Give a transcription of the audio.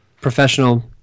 professional